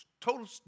total